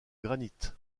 granit